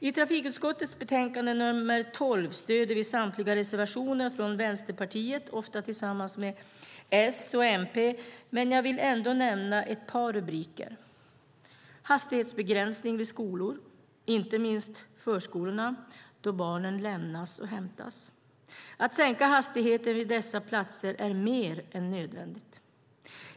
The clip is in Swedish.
I trafikutskottets betänkande nr 12 stöder vi samtliga reservationer från Vänsterpartiet, ofta tillsammans med S och MP, men jag vill ändå nämna ett par rubriker: Hastighetsbegränsning vid skolor, inte minst vid förskolorna då barnen lämnas och hämtas. Att sänka hastigheten vid dessa platser är mer än nödvändigt.